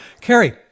Carrie